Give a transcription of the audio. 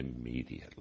immediately